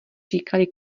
říkali